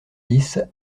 dix